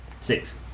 Six